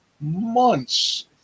months